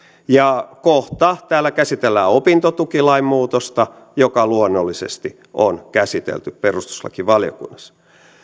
ja kohta täällä käsitellään opintotukilain muutosta joka luonnollisesti on käsitelty perustuslakivaliokunnassa